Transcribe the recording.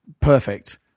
perfect